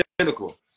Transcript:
identical